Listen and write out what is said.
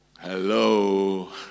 Hello